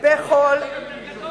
למה את לא מציעה את זה?